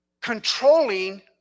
Controlling